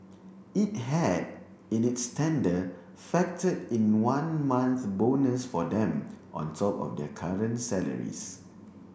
it had in its tender factor in one month bonus for them on top of their current salaries